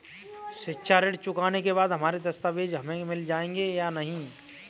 शिक्षा ऋण चुकाने के बाद हमारे दस्तावेज हमें मिल जाएंगे या नहीं?